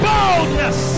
Boldness